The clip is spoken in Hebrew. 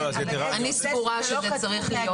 אני סבורה שזה צריך להיות